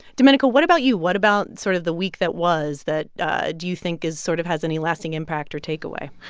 domenico, what about you? what about sort of the week that was that do you think is sort of has any lasting impact or takeaway?